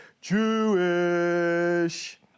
Jewish